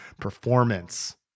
performance